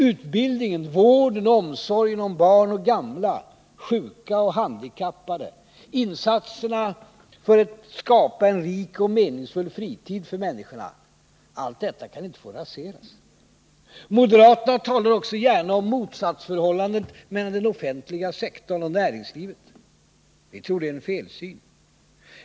Utbildningen, vården och omsorgen om barn och gamla, sjuka och handikappade, insatserna för att skapa en rik och meningsfull fritid för människorna — allt detta kan inte få raseras. Moderaterna talar också gärna om motsatsförhållandet mellan den offentliga sektorn och näringslivet. Vi tror att det är en felsyn.